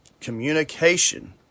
communication